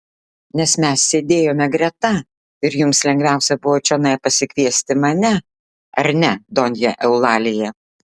nes mes sėdėjome greta ir jums lengviausia buvo čionai pasikviesti mane ar ne donja eulalija